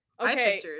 Okay